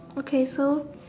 okay so